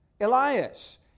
Elias